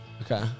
Okay